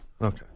Okay